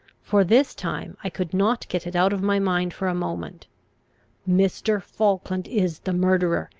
for this time i could not get it out of my mind for a moment mr. falkland is the murderer!